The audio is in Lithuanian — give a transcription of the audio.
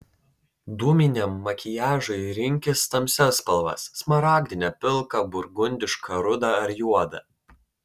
dūminiam makiažui rinkis tamsias spalvas smaragdinę pilką burgundišką rudą ar juodą